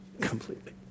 completely